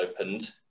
opened